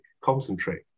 concentrate